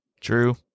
True